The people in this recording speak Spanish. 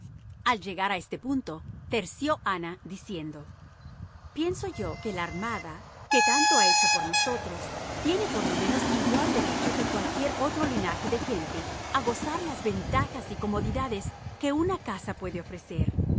al llegar a este punto terció ana diciendo pienso yo que la armada que tanto ha hecho por nosotros tiene por lo menos igual derecho que cualquier otro linaje de gente a gozar las ventajas y comodidades que una casa puede ofrecer